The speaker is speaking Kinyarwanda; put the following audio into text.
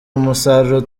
musaruro